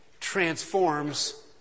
transforms